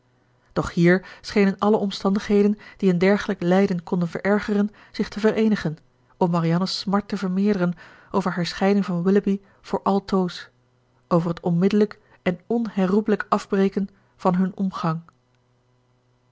doch hier schenen alle omstandigheden die een dergelijk lijden konden verergeren zich te vereenigen om marianne's smart te vermeerderen over hare scheiding van willoughby voor altoos over het onmiddellijk en onherroepelijk afbreken van hun omgang